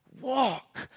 walk